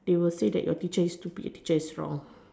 they will say your teacher is stupid your teacher is wrong